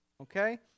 Okay